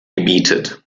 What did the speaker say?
gebietet